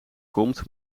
komt